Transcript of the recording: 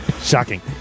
Shocking